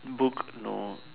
book no